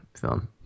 film